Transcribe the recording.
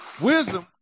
wisdom